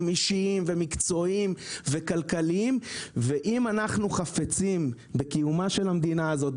אישיים מקצועיים וכלכליים ואם אנחנו חפצים בקיומה של המדינה הזאת,